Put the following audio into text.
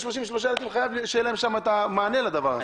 33 ילדים חייב שיהיה להם מענה לדבר הזה.